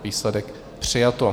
Výsledek: přijato.